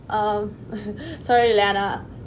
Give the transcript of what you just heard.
um sorry leanna